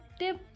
tip